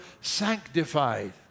sanctified